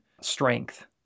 strength